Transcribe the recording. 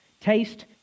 taste